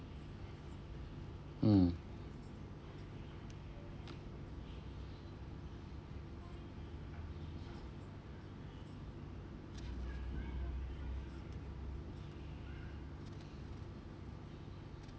mm